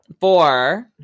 four